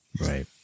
Right